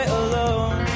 alone